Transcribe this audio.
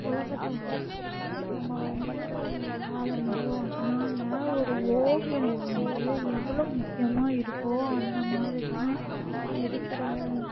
உலகத்தை வந்து நம்ம வந்து ஆள முடியும் அதனால் ஒரு ஓவியம் வந்து எவ்வளோ முக்கியமாக இருக்கோ அந்தமாதிரிதான் இருக்கிற